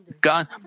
God